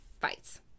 fights